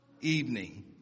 evening